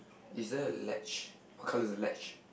is there a latch what colour is the latch